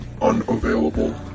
unavailable